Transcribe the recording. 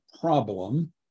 problem